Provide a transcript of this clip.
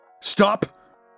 Stop